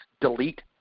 delete